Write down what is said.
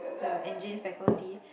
the engine faculty